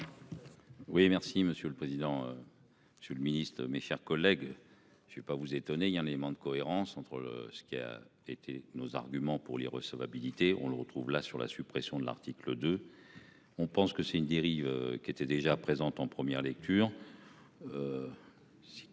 Oui, merci monsieur le président. Monsieur le Ministre, mes chers collègues. Je ne vais pas vous étonner. Il y a un élément de cohérence entre ce qui a été nos arguments pour les recevabilité. On le retrouve là sur la suppression de l'article de. On pense que c'est une dérive qui était déjà présentes en première lecture.